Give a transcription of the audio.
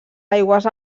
aigües